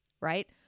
right